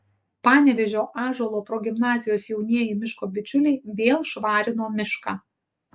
panevėžio ąžuolo progimnazijos jaunieji miško bičiuliai vėl švarino mišką